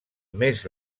més